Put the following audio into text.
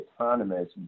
autonomous